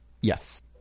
Yes